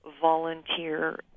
volunteer